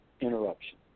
interruption